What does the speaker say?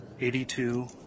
eighty-two